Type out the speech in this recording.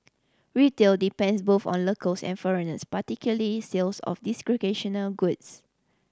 retail depends both on locals and foreigners particularly sales of d goods